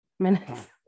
minutes